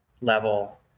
level